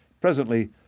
Presently